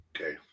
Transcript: okay